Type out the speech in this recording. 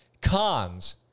Cons